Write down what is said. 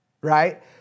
right